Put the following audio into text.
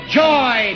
joy